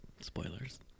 Spoilers